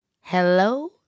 Hello